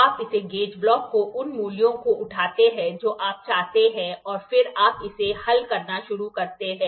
आप इस gauge block को उन मूल्यों को उठाते हैं जो आप चाहते हैं और फिर आप इसे हल करना शुरू करते हैं